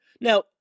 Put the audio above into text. Now